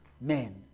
Men